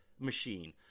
machine